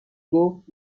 گفت